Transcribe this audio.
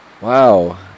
Wow